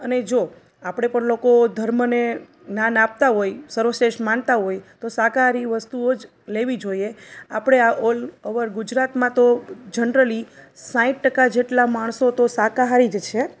અને જો આપણે પણ લોકો ધર્મને જ્ઞાન આપતા હોય સર્વશ્રેષ્ઠ માનતા હોય તો શાકાહારી વસ્તુઓ જ લેવી જોઈએ આપણે ઓલ અવર ગુજરાતમાં તો જનરલી સાઠ ટકા જેટલા માણસો તો શાકાહારી જ છે